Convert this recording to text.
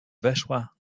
weszła